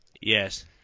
Yes